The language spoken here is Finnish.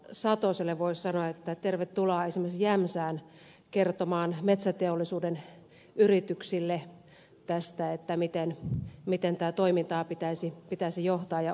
satoselle voin sanoa että tervetuloa esimerkiksi jämsään kertomaan metsäteollisuuden yrityksille tästä miten tätä toimintaa pitäisi johtaa ja ohjata